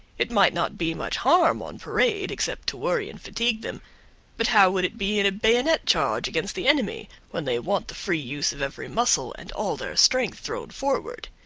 it might not be much harm on parade, except to worry and fatigue them but how would it be in a bayonet charge against the enemy, when they want the free use of every muscle, and all their strength thrown forward?